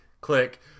click